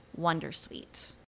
Wondersuite